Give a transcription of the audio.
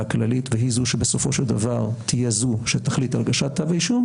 הכללית והיא זו שבסופו של דבר תהיה זו שתחליט על הגשת כתב האישום,